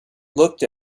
looked